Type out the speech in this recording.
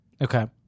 Okay